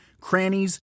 crannies